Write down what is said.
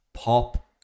Pop